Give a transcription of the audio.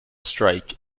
strike